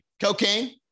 Cocaine